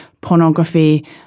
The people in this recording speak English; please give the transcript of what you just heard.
pornography